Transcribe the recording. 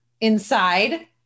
inside